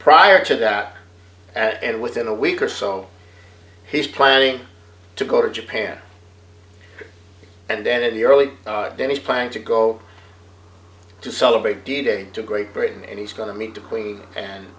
prior to that and within a week or so he's planning to go to japan and then in the early then he's planning to go to celebrate d day to great britain and he's going to meet the queen and